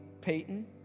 Peyton